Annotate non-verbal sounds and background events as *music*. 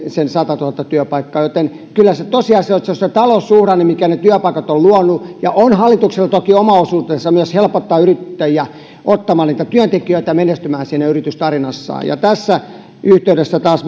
sen satatuhatta työpaikkaa joten kyllä se tosiasia on että se on se taloussuhdanne mikä ne työpaikat on luonut on hallituksella toki myös oma osuutensa helpottamassa yrittäjiä ottamaan niitä työntekijöitä ja menestymään siinä yritystarinassaan ja tässä yhteydessä taas *unintelligible*